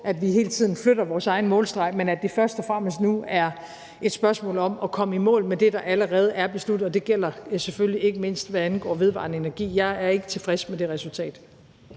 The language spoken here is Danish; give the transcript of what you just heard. at vi hele tiden flytter vores egen målstreg – men at det først og fremmest nu er et spørgsmål om at komme i mål med det, der allerede er besluttet, og det gælder selvfølgelig ikke mindst, hvad angår vedvarende energi. Jeg er ikke tilfreds, som det står